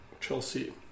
Chelsea